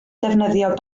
defnyddio